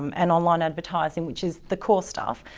um and online advertising which is the core stuff.